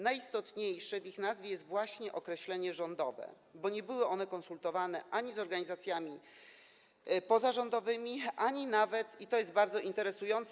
Najistotniejsze w ich nazwie jest właśnie określenie „rządowe”, bo nie były one konsultowane ani z organizacjami pozarządowymi, ani nawet, i to jest bardzo interesujące.